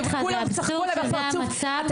כולם צחקו עליי בפרצוף.